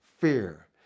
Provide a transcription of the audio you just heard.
fear